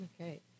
Okay